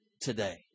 today